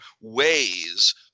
ways